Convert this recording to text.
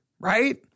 right